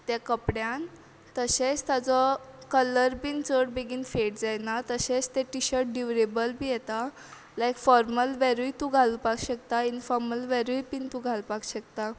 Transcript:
ते कपड्यान तशेंच ताजो कलर बीन चड बेगीन फेड जायना तशेंच तें टिशर्ट ड्युरेबल बी येता लायक फॉर्मल वॅरूय तूं घालपा शकता इन्फॉर्मल वॅरूय बीन तूं घालपाक शकता